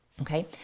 Okay